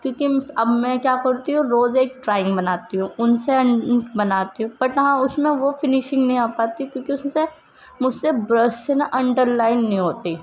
کیونکہ اب میں کیا کرتی ہوں روز ایک ڈرائنگ بناتی ہوں ان سے بناتی ہوں بٹ ہاں اس میں وہ فنیشنگ نہیں آ پاتی کیونکہ اس میں سے مجھ سے برش سے نا انڈر لائن نہیں ہوتی